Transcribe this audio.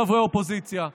חברי האופוזיציה,